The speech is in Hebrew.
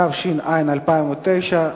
התש"ע 2009,